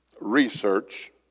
research